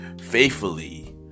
Faithfully